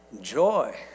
joy